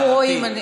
אנחנו רואים.